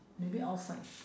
maybe outside